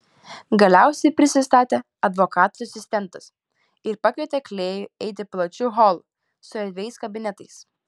galiausiai prisistatė advokato asistentas ir pakvietė klėjų eiti plačiu holu su erdviais kabinetais